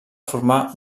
formar